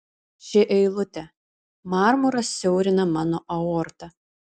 ši eilutė marmuras siaurina mano aortą